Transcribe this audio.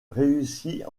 réussit